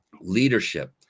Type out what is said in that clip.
leadership